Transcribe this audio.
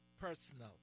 personal